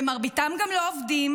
ומרביתם גם לא עובדים,